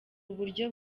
uburyo